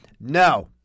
No